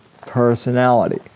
personality